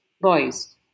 boys